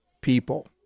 people